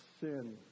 sin